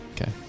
Okay